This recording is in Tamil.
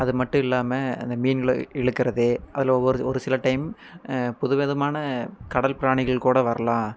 அது மட்டும் இல்லாமல் அந்த மீன்களை இழுக்கிறது அதில் ஒவ்வொரு ஒரு சில டைம் புது விதமான கடல் பிராணிகள் கூட வரலாம்